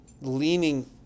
leaning